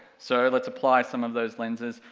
so, let's apply some of those lenses,